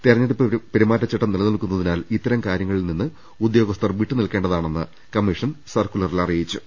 തെര ഞ്ഞെടുപ്പ് പെരുമാറ്റച്ചട്ടം നിലനിൽക്കുന്നതിനാൽ ഇത്തരം കാര്യങ്ങ ളിൽ നിന്ന് ഉദ്യോഗസ്ഥർ വിട്ട് നിൽക്കേണ്ടതാണെന്ന് കമ്മീഷൻ സർക്കുലറിൽ അറിയിച്ചു